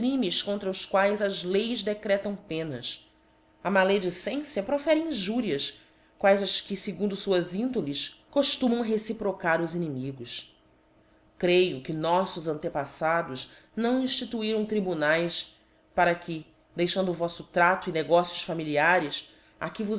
crimes contra os quaes as leis decretam penas a maledicência profere injurias quaes as que fegundo fuás índoles coíhh mam reciprocar os inimigos creio que noflbs antepaf fados não inlutuiram tribunaes para que deixando voffo trácio e negócios familiares